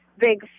big